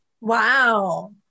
Wow